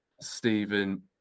stephen